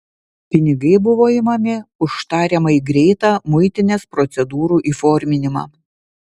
pinigai buvo imami už tariamai greitą muitinės procedūrų įforminimą